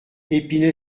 épinay